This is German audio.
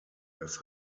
das